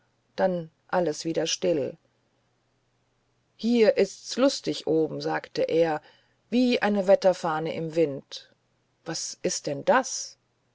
dann alles wieder still hier ist's lustig oben sagte er wie eine wetterfahne im wind was ist denn das